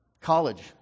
College